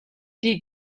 die